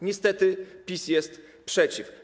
Niestety PiS jest przeciw.